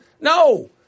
No